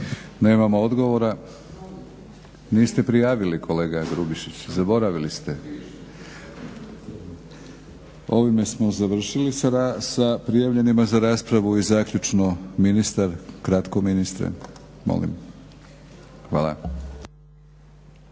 Nemamo odgovora. Niste prijavili kolega Grubišić, zaboravili ste. Ovime smo završili sa prijavljenima za raspravu. I zaključno ministar. Kratko ministre molim. Hvala.